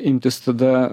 imtis tada